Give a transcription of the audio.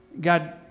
God